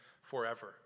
forever